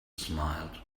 smiled